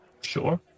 Sure